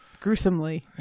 Gruesomely